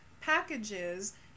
packages